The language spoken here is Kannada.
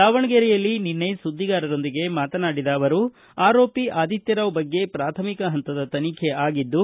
ದಾವಣಗೆರೆಯಲ್ಲಿ ನಿನ್ನೆ ಸುದ್ಧಿಗಾರರೊಂದಿಗೆ ಮಾತನಾಡಿದ ಅವರು ಆರೋಪಿ ಆದಿತ್ತರಾವ್ ಬಗ್ಗೆ ಪ್ರಾಥಮಿಕ ಹಂತದ ತನಿಬೆ ಆಗಿದ್ದು